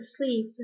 asleep